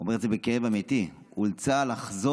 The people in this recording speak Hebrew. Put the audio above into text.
אומר את זה בכאב אמיתי, לחזור